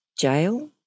jail